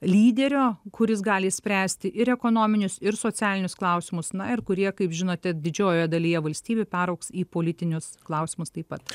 lyderio kuris gali spręsti ir ekonominius ir socialinius klausimus na ir kurie kaip žinote didžiojoje dalyje valstybių peraugs į politinius klausimus taip pat